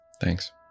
Thanks